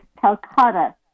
Calcutta